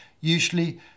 Usually